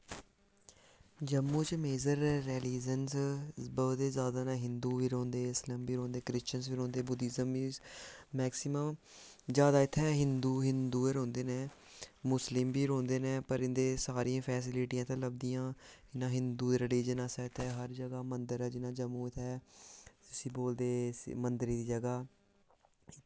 जम्मू च major religion बौह्त जादै न हिंदु बी रौंह्दे मुस्लिम बी रौंह्दे क्रिशीच्यन बी रौंह्दे बुद्धज्म बी मेक्सीमम जादै इत्थै हिंदु हिंदु गै रौंह्दे न मुस्लिम बी रौंह्दे न पर इ'नें गी सारी इत्थै फेस्लिटियां इत्थै लभदियां न हिंदु रलीज़न आस्तै इत्थै मंदर ऐ जि'यां जम्मू आस्तै उस्सी बोलदे मंदरै दी जगह